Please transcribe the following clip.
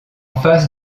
face